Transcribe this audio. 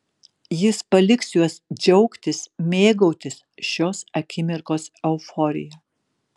jis paliks juos džiaugtis mėgautis šios akimirkos euforija